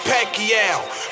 Pacquiao